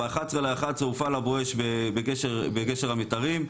ב-11.11 הופעל ה"בואש" בגשר המיתרים,